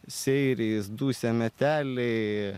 seirijis dusia meteliai